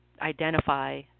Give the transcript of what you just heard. identify